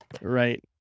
Right